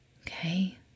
Okay